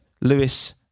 Lewis